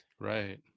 Right